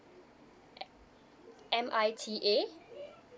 M I T A